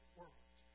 world